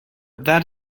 that